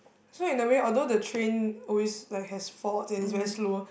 so in a way although the train always like has faults and is very slow